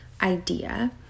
idea